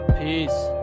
Peace